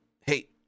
hey